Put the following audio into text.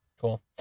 Cool